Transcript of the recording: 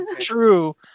true